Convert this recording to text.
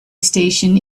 station